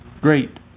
great